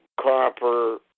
copper